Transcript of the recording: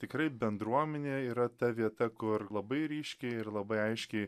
tikrai bendruomenė yra ta vieta kur labai ryškiai ir labai aiškiai